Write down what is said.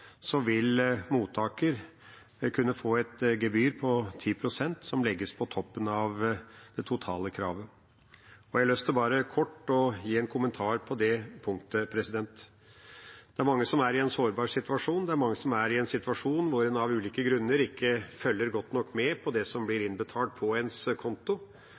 vil mottaker kunne få et gebyr på 10 pst., som legges på toppen av det totale kravet. Jeg har lyst til å gi en kort kommentar til det punktet. Det er mange som er i en sårbar situasjon. Det er mange som er i en situasjon hvor en av ulike grunner ikke følger godt nok med på det som blir innbetalt på ens konto.